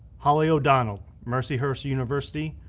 holly o'donald, mercyhurst university,